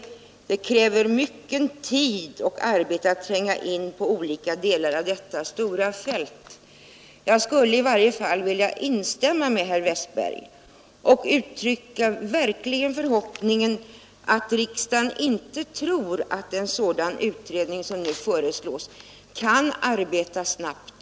Det krävs mycken tid för att tränga in i olika delar av detta stora fält, ansåg han. Jag vill instämma med herr Westberg och uttrycka förhoppningen att riksdagen inte tror att en sådan utredning som nu föreslås kan arbeta snabbt.